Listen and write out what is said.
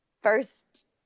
first